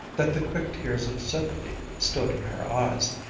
that the quick tears of sympathy stood in her eyes.